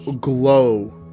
glow